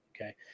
okay